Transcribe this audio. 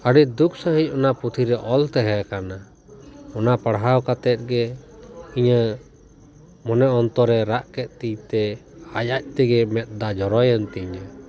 ᱟᱹᱰᱤ ᱫᱩᱠ ᱥᱟᱺᱦᱤᱡ ᱚᱱᱟ ᱯᱩᱛᱷᱤ ᱨᱮ ᱚᱞ ᱛᱟᱦᱮᱸ ᱠᱟᱱᱟ ᱚᱱᱟ ᱯᱟᱲᱦᱟᱣ ᱠᱟᱛᱮᱫ ᱜᱮ ᱤᱧᱟᱹᱜ ᱢᱚᱱᱮ ᱚᱱᱛᱚᱨᱮ ᱨᱟᱜ ᱠᱮᱫ ᱛᱤᱧ ᱛᱮ ᱟᱡ ᱟᱡ ᱛᱮᱜᱮ ᱢᱮᱫ ᱫᱟᱜ ᱡᱚᱨᱚᱭᱮᱱ ᱛᱤᱧᱟᱹ